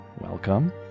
welcome